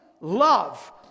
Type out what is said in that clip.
love